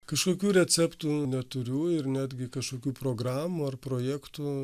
kažkokių receptų neturiu ir netgi kažkokių programų ar projektų